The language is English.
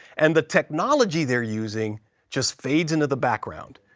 and the technology they're using just fades into the background.